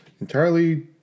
entirely